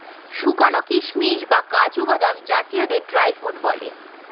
শুকানো কিশমিশ বা কাজু বাদাম জাতীয়দের ড্রাই ফ্রুট বলে